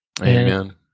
Amen